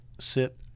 Sit